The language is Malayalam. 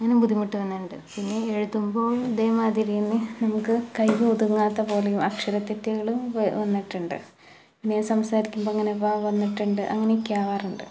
അങ്ങനെ ബുദ്ധിമുട്ട് വന്നിട്ടുണ്ട് പിന്നെ എഴുതുമ്പോൾ ഇതേ മാതിരി തന്നെ നമുക്ക് കയ്യിലൊതുങ്ങാത്ത പോലെ അക്ഷരത്തെറ്റുകൾ വന്നാൽ പിന്നെ ഞാൻ സംസാരിക്കുമ്പോൾ അങ്ങനെ വന്നിട്ടുണ്ട് അങ്ങനെ ഒക്കെ ആവാറുണ്ട്